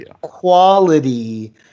Quality